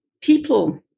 people